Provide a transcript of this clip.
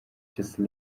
jesse